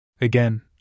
Again